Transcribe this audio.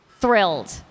thrilled